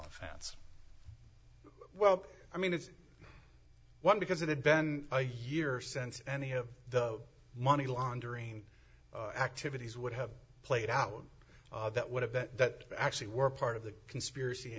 offense well i mean it's one because it had been a year since any of the money laundering activities would have played out that would have that actually were part of the conspiracy